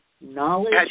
knowledge